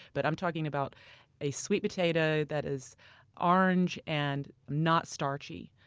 but am talking about a sweet potato that is orange and not starchy.